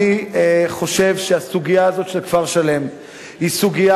אני חושב שהסוגיה הזאת של כפר-שלם היא סוגיה